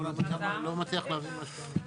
אני לא מצליח להבין מה שאתה אומר.